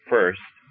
First